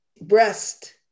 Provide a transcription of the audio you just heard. breast